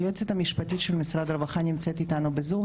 היועצת המשפטית של משרד הרווחה נמצאת אתנו בזום,